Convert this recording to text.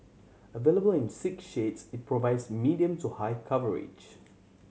available in six shades it provides medium to high coverage